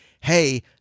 Hey